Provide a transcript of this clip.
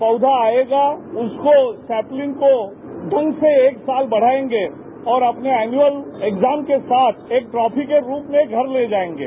पौधा आएगा उसको सैप्लिंग को एक साल बढ़ाएगे और अपने एनुअल एग्जाम के साथ एक ट्रॉफी के रूप में घर ले जाएंगे